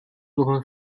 tohle